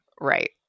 Right